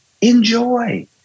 Enjoy